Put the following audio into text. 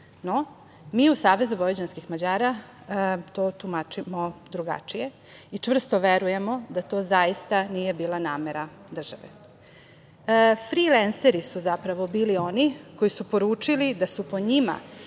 No, mi u SVM to tumačimo drugačije i čvrsto verujemo da to zaista nije bila namera države. Frilenseri su zapravo bili oni koji su poručili da su po njima